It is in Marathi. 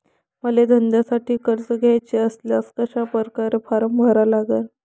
मले धंद्यासाठी कर्ज घ्याचे असल्यास कशा परकारे फारम भरा लागन?